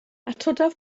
atodaf